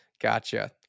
gotcha